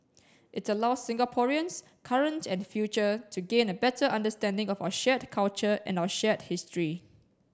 its allows Singaporeans current and future to gain a better understanding of our shared culture and our shared history